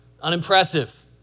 Unimpressive